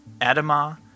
Adama